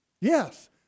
Yes